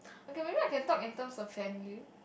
okay maybe I can talk in terms of family